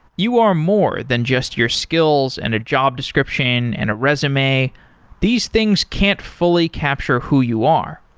you are more than just your skills and a job description and a resume these things can't fully capture who you are.